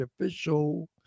official